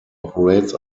operates